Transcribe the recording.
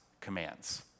commands